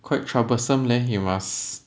quite troublesome leh you must